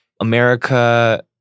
America